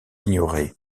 ignorée